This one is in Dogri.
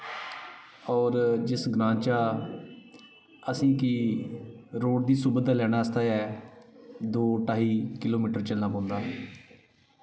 होर जिस ग्रांऽ चा असें गी रौन दी सुविधा लैने आस्तै दो ढाई किलोमीटर चलना पौंदा हा